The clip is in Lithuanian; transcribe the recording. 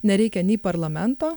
nereikia nei parlamento